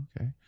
Okay